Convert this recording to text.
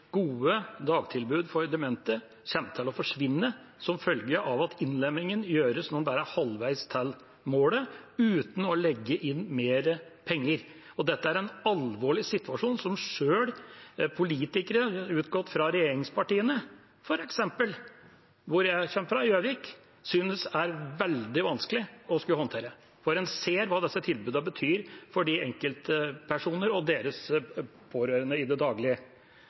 gode dagtilbud for demente kommer til å forsvinne som følge av at innlemmingen nå gjøres bare halvveis til målet, uten å legge inn mer penger. Dette er en alvorlig situasjon, som selv politikere utgått fra regjeringspartiene, f.eks. der jeg kommer fra, Gjøvik, synes er veldig vanskelig å skulle håndtere når en ser hva disse tilbudene betyr for enkeltpersoner og deres pårørende i det daglige.